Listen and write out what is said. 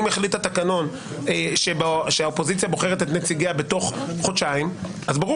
אם יחליט התקנון שהאופוזיציה בוחרת את נציגיה בתוך חודשיים אז ברור